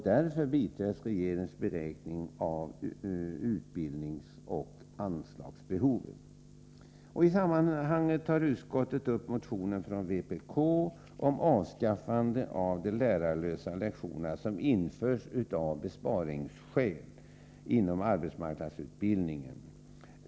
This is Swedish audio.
Därför biträds regeringens beräkning av utbildningsoch anslagsbehovet. I sammanhanget tar utskottet upp en motion från vpk om avskaffandet av de lärarlösa lektioner som av besparingsskäl införts inom arbetsmarknadsutbildningen.